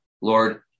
Lord